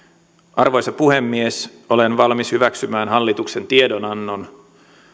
arvoisa puhemies olen valmis hyväksymään hallituksen tiedonannon